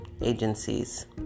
agencies